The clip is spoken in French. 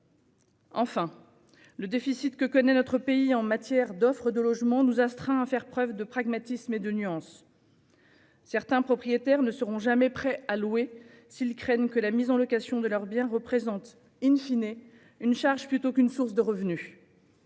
Enfin, le déficit que connaît notre pays en matière d'offre de logements nous astreint à faire preuve de pragmatisme et de nuance. Certains propriétaires ne seront jamais prêts à louer s'ils craignent que la mise en location de leur bien représente,, une charge plutôt qu'une source de revenus.